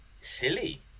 silly